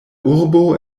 urbo